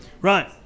Right